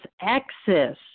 access